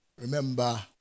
remember